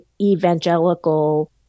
evangelical